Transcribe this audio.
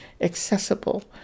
accessible